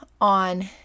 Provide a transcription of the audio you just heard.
on